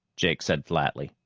jake said flatly.